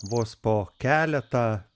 vos po keletą